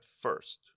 first